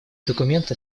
документы